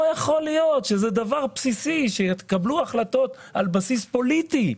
לא יכול להיות שיתקבלו החלטות על בסיס פוליטי,